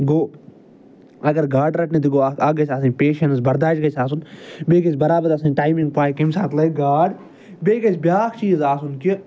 گوٚو اگر گاڈٕ رٹنہِ تہِ گوٚو اکھ گَژھِ آسٕنۍ پیشنٕز برداش گَژھِ آسُن بیٚیہِ گَژھِ برابر آسٕنۍ ٹایمِںٛگ پَے کَمہِ ساتہٕ لگہِ گاڈ بیٚیہِ گَژھِ بیٛاکھ چیٖز آسُن کہِ